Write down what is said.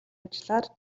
ажлаар